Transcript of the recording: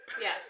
Yes